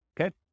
Okay